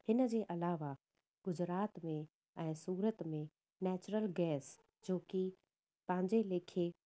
हिनजे अलावा गुजरात में ऐं सूरत में नेचुरल गैस जोकी पंहिंजे लेखे